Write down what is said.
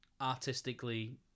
artistically